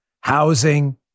housing